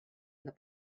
the